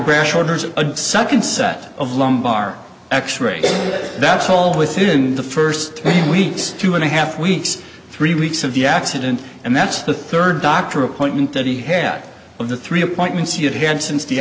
brash orders a second set of lumbar x ray that's all within the first weeks two and a half weeks three weeks of the accident and that's the third doctor appointment that he had of the three appointments he had had since the